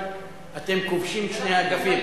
אבל אתם כובשים את שני האגפים.